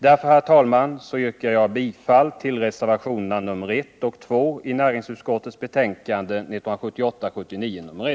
Därför, herr talman, yrkar jag bifall till reservationerna 1 och 2 i näringsutskottets betänkande 1978/79:1.